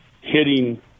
hitting